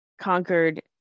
conquered